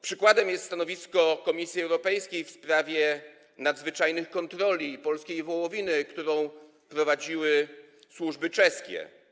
Przykładem jest stanowisko Komisji Europejskiej w sprawie nadzwyczajnych kontroli polskiej wołowiny, którą prowadziły służby czeskie.